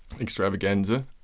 Extravaganza